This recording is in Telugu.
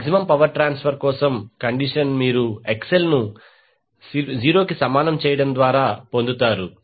మాక్సిమం పవర్ ట్రాన్స్ఫర్ కోసం కండిషన్ మీరు XL ను 0 కి సమానం చేయడం ద్వారా పొందుతారు